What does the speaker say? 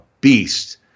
beast